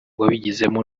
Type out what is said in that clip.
wabigizemo